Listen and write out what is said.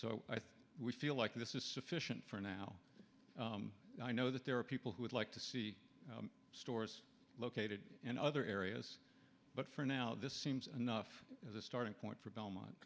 we feel like this is sufficient for now i know that there are people who would like to see stores located in other areas but for now this seems enough as a starting point for belmont